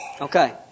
Okay